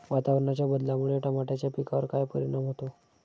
वातावरणाच्या बदलामुळे टमाट्याच्या पिकावर काय परिणाम होतो?